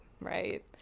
right